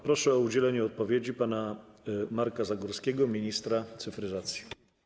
Proszę o udzielenie odpowiedzi pana Marka Zagórskiego, ministra cyfryzacji.